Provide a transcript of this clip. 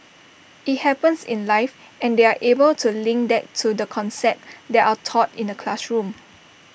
IT happens in life and they are able to link that to the concepts that are taught in the classroom